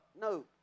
No